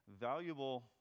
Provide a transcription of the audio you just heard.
valuable